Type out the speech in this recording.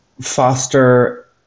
foster